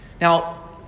Now